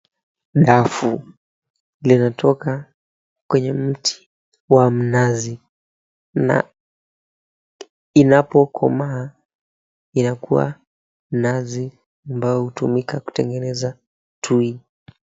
Dafu linatoka kwenye mti wa mnazi na inapokomaa inakua nazi ambayo hutumika kutengeneza tui.